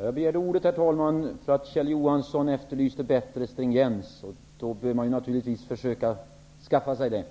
Herr talman! Jag begärde ordet eftersom Kjell Johansson efterlyste bättre stringens. Då bör man naturligtvis försöka skaffa sig det.